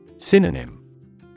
Synonym